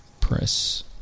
Press